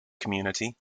community